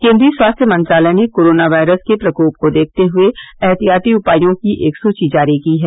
केन्द्रीय स्वास्थ्य मंत्रालय ने कोरोना वायरस के प्रकोप को देखते हुए एहतियाती उपायों की एक सूची जारी की है